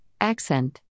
accent